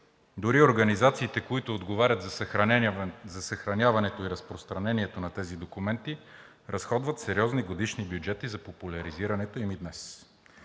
Дори организациите, които отговарят за съхраняването и разпространението на тези документи, разходват сериозни годишни бюджети за популяризирането им и днес.